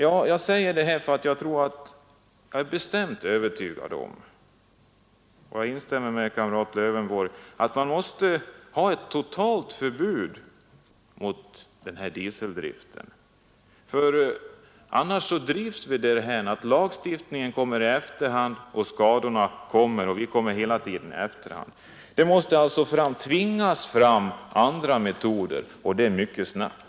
Jag instämmer med kamrat Lövenborg och är bestämt överygad om att man måste få fram ett totalförbud mot dieseldriften. Annars drivs vi dithän att skadorna ökar och vi själva hela tiden kommer i efterhand. Andra metoder måste framtvingas, och det måste ske snabbt.